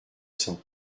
cent